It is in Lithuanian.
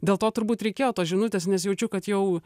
dėl to turbūt reikėjo tos žinutės nes jaučiu kad jau